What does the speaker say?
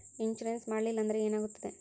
Insurance ಮಾಡಲಿಲ್ಲ ಅಂದ್ರೆ ಏನಾಗುತ್ತದೆ?